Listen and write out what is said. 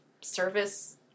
service